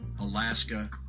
Alaska